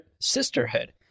sisterhood